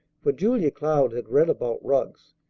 for julia cloud had read about rugs.